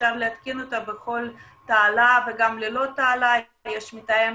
אפשר להתקין אותה בכל תעלה וגם ללא תעלה, יש מתאם